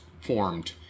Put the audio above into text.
formed